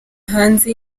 hanze